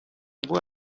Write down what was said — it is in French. voix